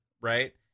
right